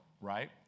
right